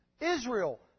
Israel